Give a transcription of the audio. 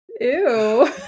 Ew